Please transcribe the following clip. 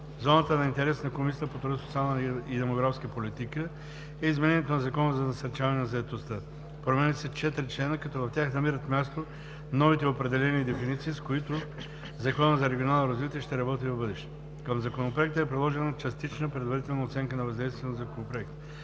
зоната на интерес на Комисията по труда, социалната и демографската политика е изменението на Закона за насърчаване на заетостта. Променят се четири члена, като в тях намират място новите определения и дефиниции, с които Законът за регионалното развитие ще работи в бъдеще. Към Законопроекта е приложена Частична предварителна оценка на въздействието на Законопроекта.